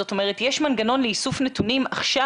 זאת אומרת יש מנגנון לאיסוף נתונים עכשיו